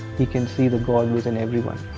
he can see the god within everyone.